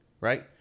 right